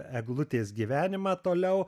eglutės gyvenimą toliau